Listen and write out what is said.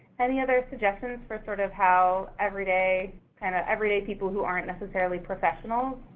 any other suggestions for sort of how everyday, kind of, everyday people who aren't necessarily professionals